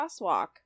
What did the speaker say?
crosswalk